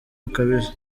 bukabije